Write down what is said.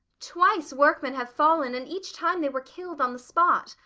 twice workmen have fallen, and each time they were killed on the spot.